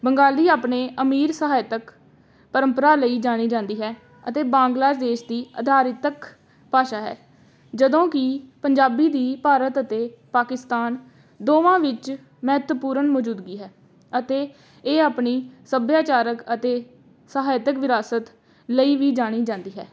ਬੰਗਾਲੀ ਆਪਣੇ ਅਮੀਰ ਸਾਹਿਤਕ ਪਰੰਪਰਾ ਲਈ ਜਾਣੀ ਜਾਂਦੀ ਹੈ ਅਤੇ ਬਾਂਗਲਾਦੇਸ਼ ਦੀ ਅਧਿਕਾਰਤ ਭਾਸ਼ਾ ਹੈ ਜਦੋਂ ਕਿ ਪੰਜਾਬੀ ਦੀ ਭਾਰਤ ਅਤੇ ਪਾਕਿਸਤਾਨ ਦੋਵਾਂ ਵਿੱਚ ਮਹੱਤਪੂਰਨ ਮੌਜੂਦਗੀ ਹੈ ਅਤੇ ਇਹ ਆਪਣੀ ਸੱਭਿਆਚਾਰਕ ਅਤੇ ਸਾਹਿਤਕ ਵਿਰਾਸਤ ਲਈ ਵੀ ਜਾਣੀ ਜਾਂਦੀ ਹੈ